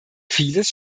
vieles